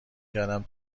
کردم